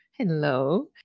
Hello